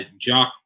Jock